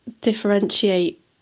differentiate